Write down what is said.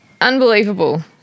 Unbelievable